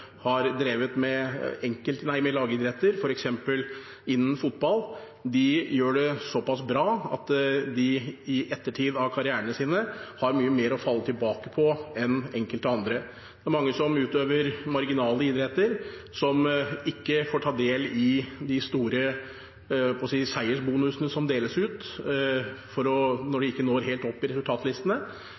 har drevet med lagidretter, f.eks. innen fotball, gjør det såpass bra at de i etterkant av karrieren sin har mye mer å falle tilbake på enn enkelte andre. Det er mange som utøver marginale idretter som ikke får ta del i de store seiersbonusene som deles ut, når de ikke når helt opp i resultatlistene.